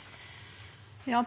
jo